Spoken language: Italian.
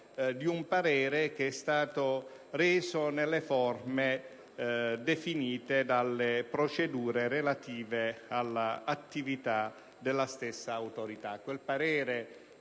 di un parere che è stato reso nelle forme definite dalle procedure relative all'attività della stessa Autorità.